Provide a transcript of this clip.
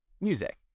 Music